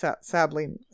Sadly